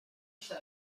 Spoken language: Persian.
طول